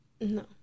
no